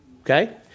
Okay